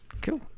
Cool